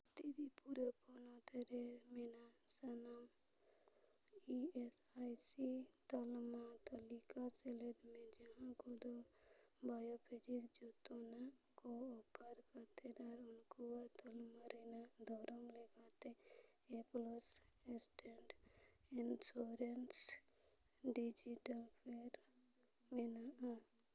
ᱛᱨᱤᱯᱩᱨᱟ ᱯᱚᱱᱚᱛ ᱨᱮ ᱢᱮᱱᱟᱜ ᱥᱟᱱᱟᱢ ᱤ ᱮᱥ ᱟᱭ ᱥᱤ ᱛᱟᱞᱢᱟ ᱛᱟᱹᱞᱤᱠᱟ ᱥᱮᱞᱮᱫ ᱢᱮ ᱡᱟᱦᱟᱸ ᱠᱚᱫᱚ ᱵᱟᱭᱳᱯᱷᱤᱡᱤᱝ ᱡᱚᱛᱚᱱᱟᱜ ᱠᱚ ᱚᱯᱷᱟᱨ ᱠᱟᱛᱮᱫ ᱟᱨ ᱩᱱᱠᱩᱣᱟᱜ ᱛᱟᱞᱢᱟ ᱨᱮᱱᱟᱜ ᱫᱷᱚᱨᱚᱱ ᱞᱮᱠᱟᱛᱮ ᱮᱯᱞᱚᱥ ᱮᱥᱴᱮᱱᱰ ᱤᱱᱥᱩᱨᱮᱱᱥ ᱰᱤᱡᱤᱴᱟᱞ ᱯᱷᱮᱨ ᱢᱮᱱᱟᱜᱼᱟ